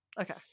Okay